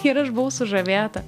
ir aš buvau sužavėta